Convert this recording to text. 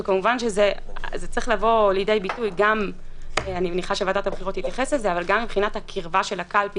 כמובן שזה צריך לבוא לידי ביטוי גם מבחינת הקרבה של הקלפי